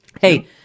hey